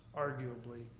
arguably,